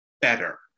better